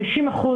50%